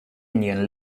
union